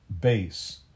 Base